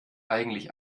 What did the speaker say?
eigentlich